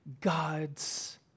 God's